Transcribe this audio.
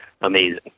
amazing